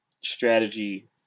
strategy